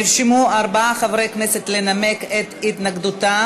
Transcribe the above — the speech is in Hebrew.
נרשמו ארבעה חברי כנסת לנמק את התנגדותם.